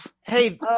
Hey